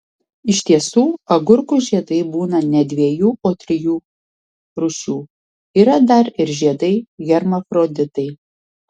iš tiesų agurkų žiedai būna ne dviejų o trijų rūšių yra dar ir žiedai hermafroditai